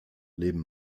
leben